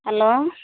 hello